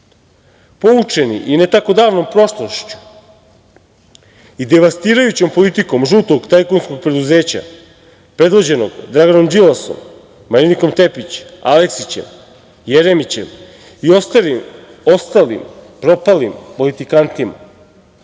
i ne tako davnom prošlošću i devastirajućom politikom žutog tajkunskog preduzeća, predvođenog Draganom Đilasom, Marinikom Tepić, Aleksićem, Jeremićem i ostalim propalim politikantima,